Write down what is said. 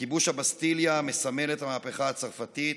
וכיבוש הבסטיליה, המסמל את המהפכה הצרפתית,